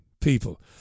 people